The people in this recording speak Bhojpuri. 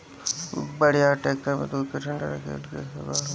बड़ियार टैंकर में दूध के ठंडा रखले क जोगाड़ होला